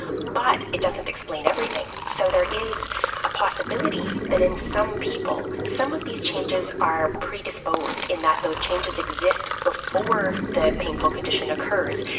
but it doesn't explain everything. so there is a possibility that in some people, some of these changes are predisposed in that those changes exist before the painful condition occurs,